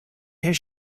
his